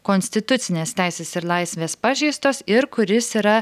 konstitucinės teisės ir laisvės pažeistos ir kuris yra